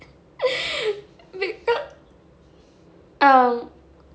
um